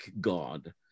God